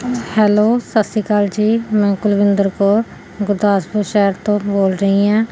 hello ਸਤਿ ਸ਼੍ਰੀ ਅਕਾਲ ਜੀ ਮੈਂ ਕੁਲਵਿੰਦਰ ਕੌਰ ਗੁਰਦਾਸਪੁਰ ਸ਼ਹਿਰ ਤੋਂ ਬੋਲ ਰਹੀ ਹਾਂ